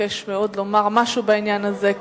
מבקש מאוד לומר משהו בעניין הזה.